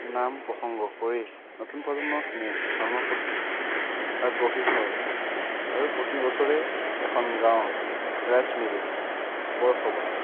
নাম প্ৰসংগ কৰি নতুন প্ৰজন্মৰখিনি ধৰ্মৰ প্ৰতি আগ্ৰহী হয় আৰু প্ৰতিবছৰে এখন গাঁও ৰাইজ মিলি বৰসবাহ